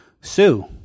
sue